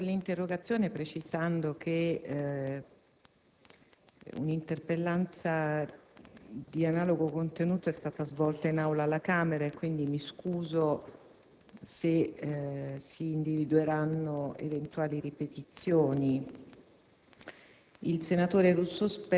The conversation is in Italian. rispondo all'interrogazione precisando che un'interpellanza di analogo contenuto è stata svolta in Aula alla Camera; mi scuso, quindi, per eventuali ripetizioni.